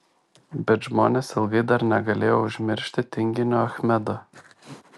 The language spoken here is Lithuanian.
bet žmonės ilgai dar negalėjo užmiršti tinginio achmedo